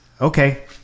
okay